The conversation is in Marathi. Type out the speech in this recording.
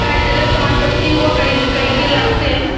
काय त्याला चहा पत्ती व काहीच काही काही लागते